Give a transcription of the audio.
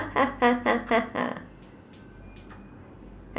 ha ha ha ha ha